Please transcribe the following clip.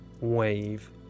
wave